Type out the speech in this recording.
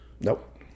nope